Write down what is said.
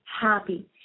happy